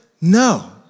No